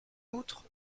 outre